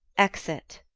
exit